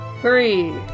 three